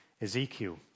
Ezekiel